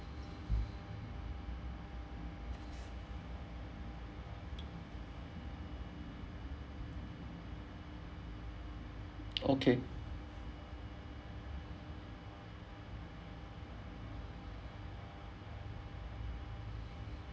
okay